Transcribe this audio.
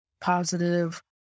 positive